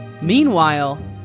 Meanwhile